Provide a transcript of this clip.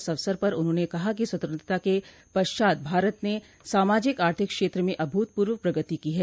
इस अवसर पर उन्होंने कहा कि स्वतंत्रता के पश्चात भारत ने सामाजिक आर्थिक क्षेत्र में अभूतवपूर्व प्रगति की हैं